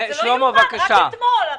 לא יאומן, רק אתמול זה עבר.